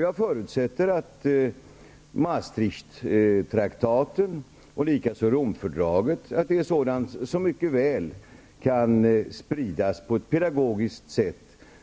Jag förutsätter att Maastrichttraktaten och likaså Romfördraget mycket väl kan spridas på ett pedagogiskt sätt